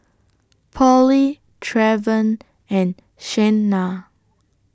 Polly Trevon and Shanna